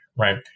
Right